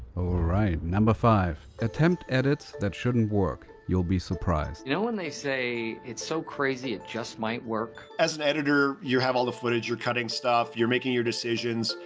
right. number five. attempt edits that shouldn't work. you'll be surprised. you know when they say, it's so crazy it just might work? as an editor, you have all the footage, you're cutting stuff, you're making your decisions.